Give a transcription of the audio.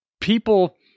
people